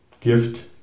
gift